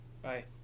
Bye